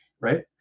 right